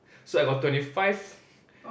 so I got twenty five